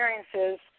experiences